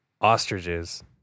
Ostriches